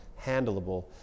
handleable